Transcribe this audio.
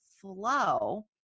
flow